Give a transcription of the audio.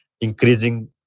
increasing